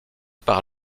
par